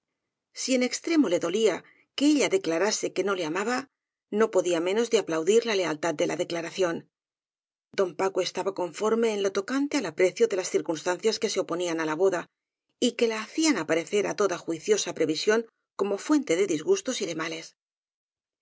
si en extremo le dolía que ella decla rase que no le amaba no podía menos de aplaudir la lealtad de la declaración don paco estaba con forme en lo tocante al aprecio de las circunstancias que se oponían á la boda y que la hacían aparecer á toda juiciosa previsión como fuente de disgustos y de males